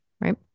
right